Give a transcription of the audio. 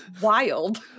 wild